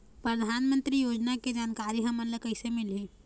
परधानमंतरी योजना के जानकारी हमन ल कइसे मिलही?